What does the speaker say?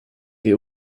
you